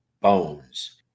bones